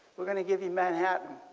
are going to give you manhattan.